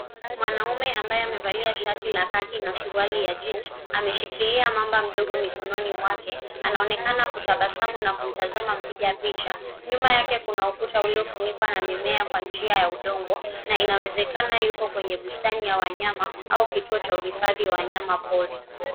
Mwanaume ambaye amevalia shati la khaki na suruali ya jeans , ameshikilia mamba mdogo mikononi mwake. Anaonekana kutabasamu na kumtazama mpiga picha. Nyuma yake kuna ukuta uliofunikwa na mimea kwa njia ya udongo na inwezekana yupo kwenye bustani ya wanyama au kituo cha uhifadhi wa wanyamapori.